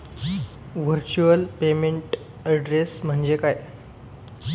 Virtual payment address म्हणजे काय?